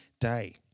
day